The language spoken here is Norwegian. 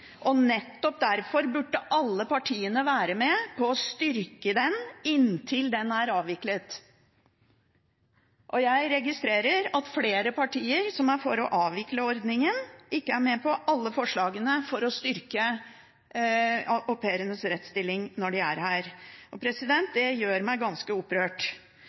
og nettopp derfor burde alle partiene være med på å styrke den inntil den er avviklet. Jeg registrerer at flere partier som er for å avvikle ordningen, ikke er med på alle forslagene om å styrke au pairenes rettsstilling når de er her. Det gjør meg ganske opprørt.